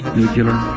nuclear